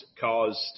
caused